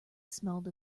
smelled